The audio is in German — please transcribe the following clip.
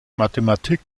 mathematik